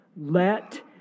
let